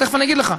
תכף אני אגיד לך.